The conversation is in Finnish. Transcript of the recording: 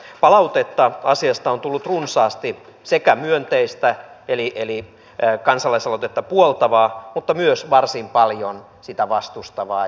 palautetta asiasta on tullut runsaasti myönteistä eli kansalaisaloitetta puoltavaa mutta myös varsin paljon sitä vastustavaa